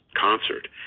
concert